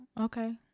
Okay